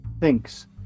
thinks